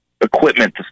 equipment